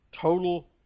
total